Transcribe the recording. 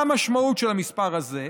מה המשמעות של המספר הזה?